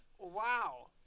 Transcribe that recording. Wow